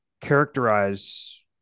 characterize